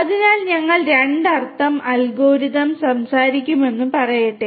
അതിനാൽ ഞങ്ങൾ 2 അർത്ഥം അൽഗോരിതം സംസാരിക്കുമെന്ന് പറയട്ടെ